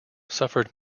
suffered